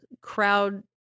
crowd